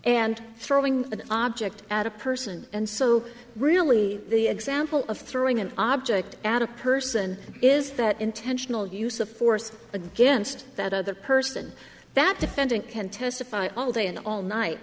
and throwing an object at a person and so really the example of throwing an object at a person is that intentional use of force against that other person that defendant can testify all day and all night